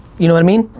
you know what i mean?